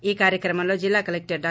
ఈ కార్యక్రమంలో జిల్లా కలక్లరు డా